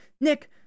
Nick